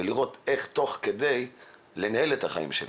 ולראות איך תוך כדי אנחנו מנהלים את חיינו.